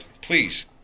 please